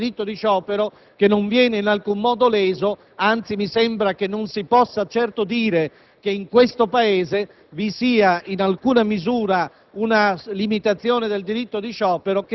quello relativo al diritto di sciopero, che non viene in alcun modo leso, anzi. Mi sembra infatti che non si possa certo dire che in questo Paese vi sia, in alcuna misura,